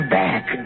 back